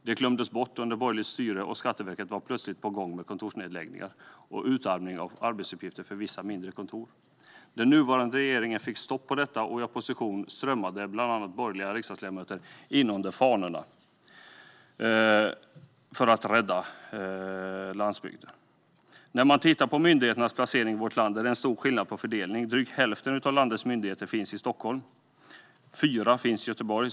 Det glömdes bort under borgerligt styre, och Skatteverket var plötsligt på gång med kontorsnedläggningar och utarmning av arbetsuppgifterna för vissa mindre kontor. Den nuvarande regeringen fick stopp på detta, och i opposition strömmade bland andra borgerliga riksdagsledamöter in under fanorna för att rädda landsbygden. När man tittar på myndigheternas placering i vårt land kan man se att det är stor skillnad på fördelningen. Drygt hälften av landets myndigheter finns i Stockholm. Det finns fyra, snart fem, i Göteborg.